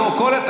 אלוף ברמאות.